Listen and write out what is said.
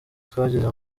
twageze